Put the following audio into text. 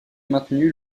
maintenu